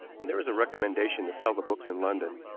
and there is a recommendation to sell the books in london,